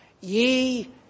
ye